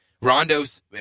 Rondo's